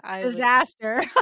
Disaster